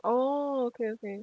oh okay okay